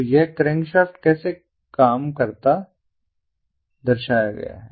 तो यह क्रैंकशाफ्ट कैसे काम करता दर्शाया गया है